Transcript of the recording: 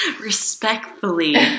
Respectfully